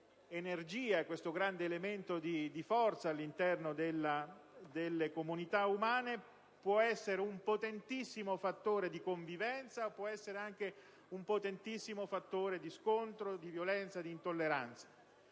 energia e questo grande elemento di forza all'interno delle comunità umane, può essere un potentissimo fattore di convivenza, ma può anche essere un potentissimo fattore di scontro, di violenza, di intolleranza.